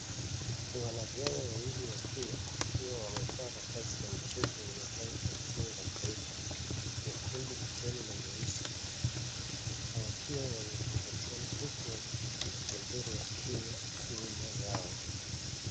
Ni wanariadha wawili wa Kenya wakiwa wamevaa mavazi ya mchezo yenye rangi ya timu la taifa, nyekundu, kijani na nyeusi. Wakiwa wamekumbatiana huku wakishikilia bendera ya Kenya nyuma yao.